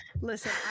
listen